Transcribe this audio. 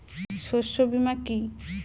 শস্য বীমা কি?